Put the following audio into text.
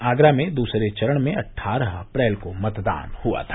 आगरा में दूसरे चरण में अट्ठारह अप्रैल को मतदान हुआ था